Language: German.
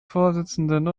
vorsitzenden